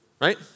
right